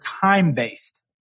time-based